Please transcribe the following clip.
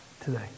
today